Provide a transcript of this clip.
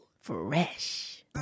fresh